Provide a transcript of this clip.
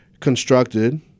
constructed